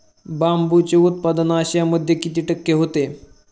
बांबूचे उत्पादन आशियामध्ये किती टक्के होते?